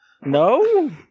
No